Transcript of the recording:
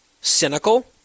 cynical